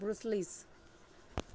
Brussels